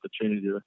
opportunity